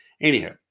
anyhow